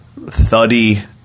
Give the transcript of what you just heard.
thuddy